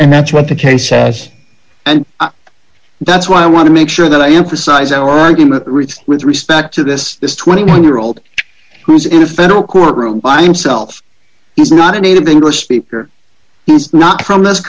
and that's what the case has and that's why i want to make sure that i emphasize our argument with respect to this this twenty one year old who's in a federal courtroom by himself he's not a native english speaker he's not from this